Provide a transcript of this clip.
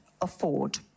afford